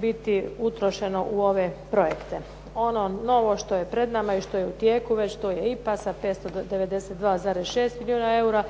biti utrošeno u ove projekte. Ono novo što je pred nama i što je u tijeku, to je IPA sa 592,6 milijuna eura.